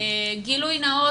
גילוי נאות.